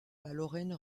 lorraine